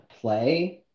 play